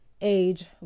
age